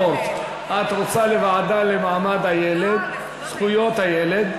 או למעון-יום (תיקוני חקיקה),